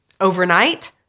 Overnight